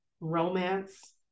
romance